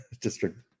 district